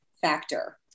factor